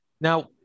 Now